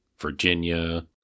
Virginia